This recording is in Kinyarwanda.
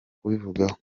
kubivugaho